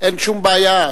אין שום בעיה.